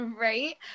Right